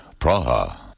Praha